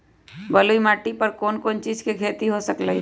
बलुई माटी पर कोन कोन चीज के खेती हो सकलई ह?